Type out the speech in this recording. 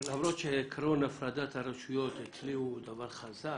למרות שעקרון הפרדת הרשויות אצלי הוא דבר חזק,